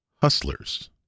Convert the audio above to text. hustlers